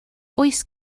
oes